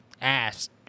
ass